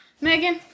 Megan